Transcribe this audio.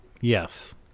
Yes